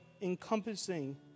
encompassing